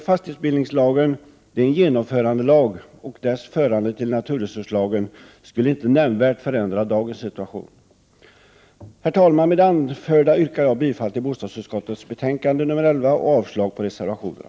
Fastighetsbildningslagen är en genomförandelag, och dess förande till naturresurslagen skulle inte nämnvärt förändra dagens situation. Herr talman! Med det anförda yrkar jag bifall till bostadsutskottets hemställan betänkande BoUl11 och avslag på reservationerna.